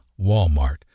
Walmart